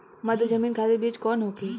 मध्य जमीन खातिर बीज कौन होखे?